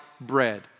bread